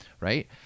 right